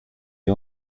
est